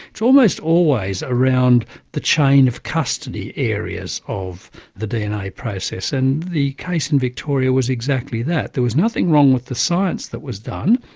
it's almost always around the chain of custody areas of the dna process. and the case in victoria was exactly that. there was nothing wrong with the science that was done,